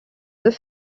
deux